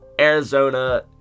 Arizona